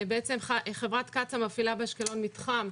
חברת קצא"א מפעילה באשקלון מתחם,